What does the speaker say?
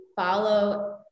follow